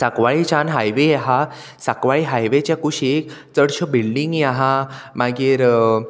साकवाळीच्यान highway आहा साकवाळी हायवेच्या कुशीक चडश्यो बिल्डींग आहा मागीर